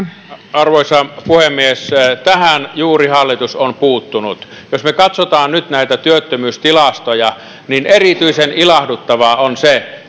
arvoisa puhemies juuri tähän hallitus on puuttunut jos me katsomme nyt näitä työttömyystilastoja niin erityisen ilahduttavaa on se